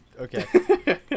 Okay